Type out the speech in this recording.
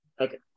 Okay